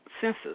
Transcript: census